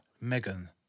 Megan